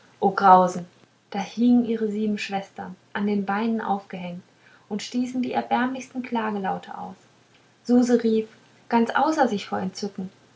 grausen da hingen ihre sieben schwestern an den beinen aufgehängt und stießen die erbärmlichsten klagelaute aus suse rief ganz außer sich vor entzücken